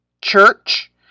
church